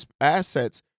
assets